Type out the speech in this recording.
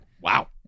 Wow